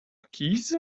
keys